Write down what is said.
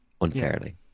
unfairly